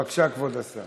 בבקשה, כבוד השר.